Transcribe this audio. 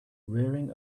rearing